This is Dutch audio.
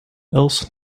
els